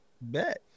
bet